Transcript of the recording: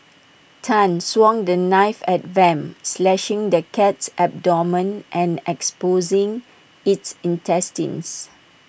Tan swung the knife at Vamp slashing the cat's abdomen and exposing its intestines